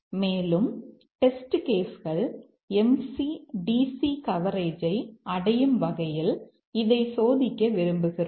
மேலும் test case கள் MC DC கவரேஜை அடையும் வகையில் இதைச் சோதிக்க விரும்புகிறோம்